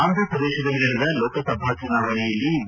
ಆಂಧ್ರಪ್ರದೇಶದಲ್ಲಿ ನಡೆದ ಲೋಕಸಭಾ ಚುನಾವಣೆಯಲ್ಲಿ ವಿ